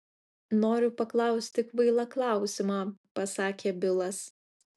noriu paklausti kvailą klausimą pasakė bilas